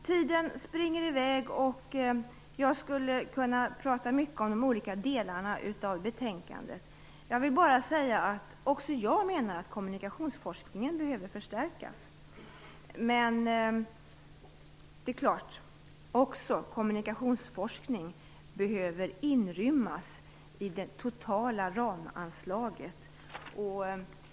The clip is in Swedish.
Tiden springer iväg och jag skulle kunna prata mycket om de olika delarna i betänkandet. Jag vill bara säga att också jag menar att kommunikationsforskningen behöver förstärkas. Även kommunikationsforskning behöver inrymmas i det totala ramanslaget.